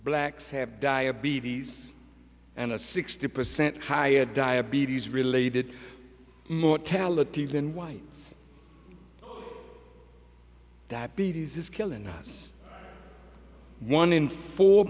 blacks have diabetes and a sixty percent higher diabetes related mortality than whites that be this is killing us one in four